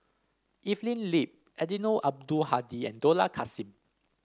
Evelyn Lip Eddino Abdul Hadi and Dollah Kassim